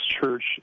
church